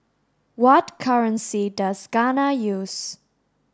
what currency does Ghana use